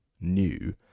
new